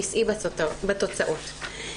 תישאי בתוצאות.